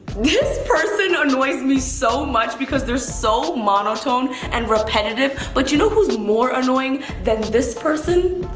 this person annoys me so much because they're so monotone and repetitive. but you know who's more annoying than this person?